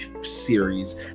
series